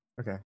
Okay